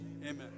Amen